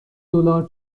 دلار